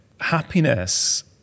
happiness